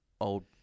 old